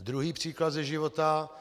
Druhý příklad ze života.